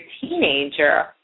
teenager